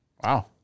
Wow